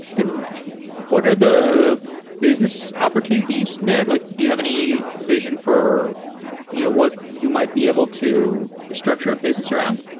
what are the business opportunities there? like do you have any vision for you know what you might be able to structure a business around?